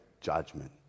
judgment